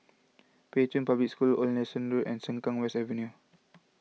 Pei Chun Public School Old Nelson Road and Sengkang West Avenue